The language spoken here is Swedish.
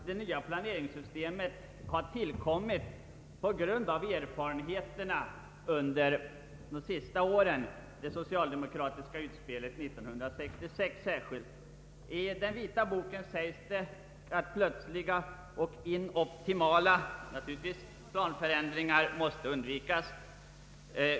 Det nya planeringssystemet har tillkommit på grund av erfarenheterna under de senaste åren, kanske särskilt från det socialdemokratiska utspelet 1966. I den vita boken sägs att ”plötsliga och inoptimala planförändringar” måste undvikas.